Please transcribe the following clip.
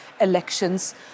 elections